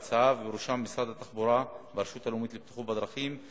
ובראשם משרד התחבורה והרשות הלאומית לבטיחות בדרכים,